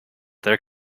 their